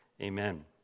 Amen